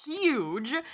huge